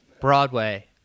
Broadway